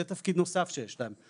זה תפקיד נוסף שיש להם.